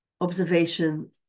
observation